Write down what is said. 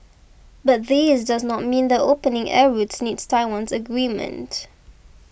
but this does not mean that opening air routes needs Taiwan's agreement